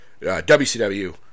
WCW